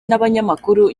n’abanyamakuru